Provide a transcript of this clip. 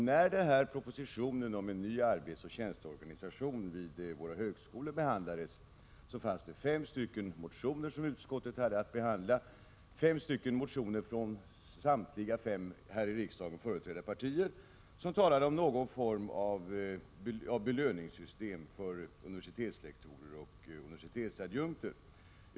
När propositionen om en ny arbetsoch tjänsteorganisation vid våra högskolor behandlades, fanns fem motioner, från samtliga fem här i riksdagen företrädda partier, som talade om att någon form av belöningssystem för universitetslektorer och universitetsadjunkter borde finnas.